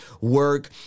work